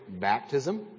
baptism